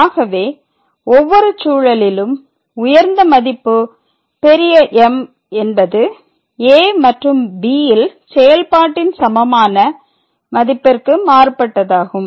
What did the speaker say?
ஆகவே ஒவ்வொரு சூழலிலும் உயர்ந்த மதிப்பு பெரிய M என்பது a மற்றும் b ல் செயல்பாட்டின் சமமான மதிப்பிற்கு மாறுபட்டதாகும்